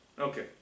Okay